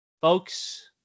Folks